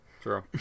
true